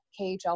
KHL